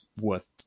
worth